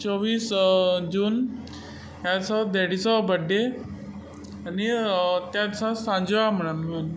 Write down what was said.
चोवीस जून हाचो डेडीचो बड्डे आनी त्या दिसा सांज्यांव म्हणून